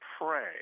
pray